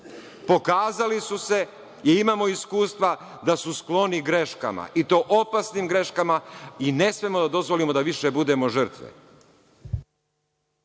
radite. Pokazali su se i imamo iskustva da su skloni opasnim greškama i ne smemo da dozvolimo da više bude žrtve.